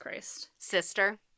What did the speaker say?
Sister